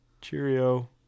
cheerio